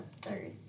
third